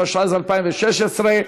התשע"ז 2016,